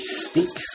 speak